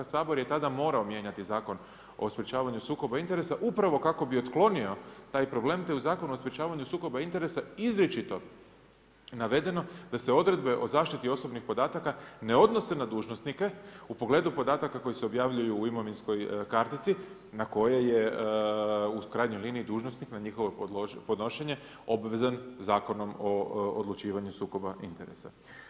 Sabor je tada morao mijenjati Zakon o sprječavanju sukoba interesa upravo kako bi otklonio taj problem te u Zakonu o sprječavanju sukoba interesa izričito navedeno da se odredbe o zaštiti osobnih podataka ne odnose na dužnosnike u pogledu podataka koji se objavljuju u imovinskoj kartici na koje je u krajnjoj liniji dužnosnik na njihovo podnošenje obvezan Zakonom o odlučivanju sukoba interesa.